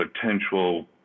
potential